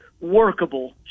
workable